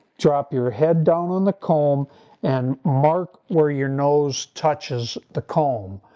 drop your head down on the comb and mark where your nose touches the comb.